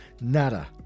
nada